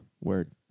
word